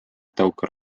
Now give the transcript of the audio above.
taukar